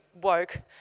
woke